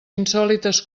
insòlites